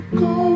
go